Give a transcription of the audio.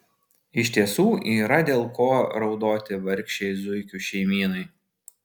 iš tiesų yra dėl ko raudoti vargšei zuikių šeimynai